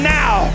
now